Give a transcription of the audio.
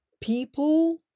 people